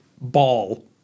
ball